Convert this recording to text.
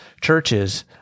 churches